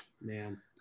man